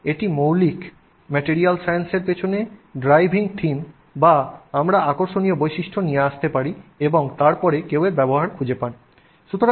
এবং এটি মৌলিক ম্যাটেরিয়াল সায়েন্স এর পিছনে ড্রাইভিং থিম বা আমরা আকর্ষণীয় বৈশিষ্ট্য নিয়ে আসতে পারি এবং তারপরে কেউ এর ব্যবহার খুঁজে পায়